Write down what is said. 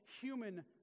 human